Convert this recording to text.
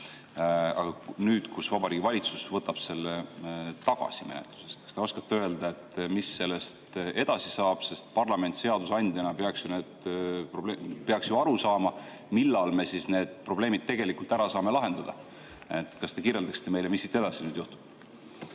Aga nüüd, kui Vabariigi Valitsus võtab selle tagasi menetlusest, siis kas te oskate öelda, mis sellest edasi saab? Parlament seadusandjana peaks ju aru saama, millal me need probleemid tegelikult ära saame lahendada. Kas te kirjeldaksite meile, mis siit edasi nüüd juhtub?